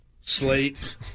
Slate